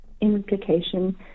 implication